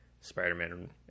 Spider-Man